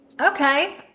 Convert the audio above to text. Okay